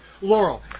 Laurel